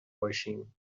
باشیم